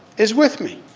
is with me.